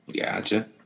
Gotcha